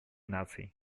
наций